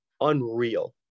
unreal